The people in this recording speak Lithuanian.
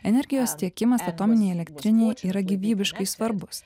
energijos tiekimas atominei elektrinei yra gyvybiškai svarbus